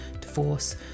divorce